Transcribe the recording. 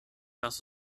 das